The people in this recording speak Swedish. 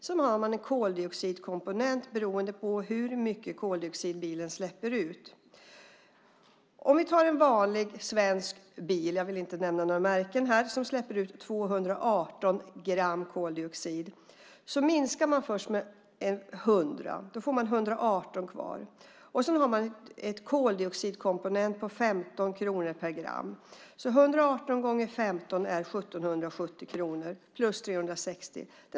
Sedan har man en koldioxidkomponent beroende på hur mycket koldioxid bilen släpper ut. Vi kan ta en vanlig svensk bil - jag vill inte nämna några märken här - som släpper ut 218 gram koldioxid. Då minskar man först med 100 och får 118 kvar. Sedan har man en koldioxidkomponent på 15 kronor per gram. 118 ( 15 kronor = 1 770 kronor. Sedan lägger man till 360 kronor.